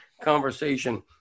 conversation